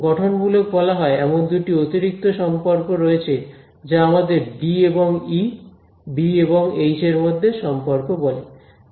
গঠনমূলকবলা হয় এমন দুটি অতিরিক্ত সম্পর্ক রয়েছে যা আমাদের ডি এবং ই বি এবং এইচ এর মধ্যে সম্পর্ক বলে